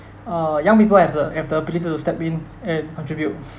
uh young people have the have the ability to step in and contribute